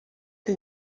que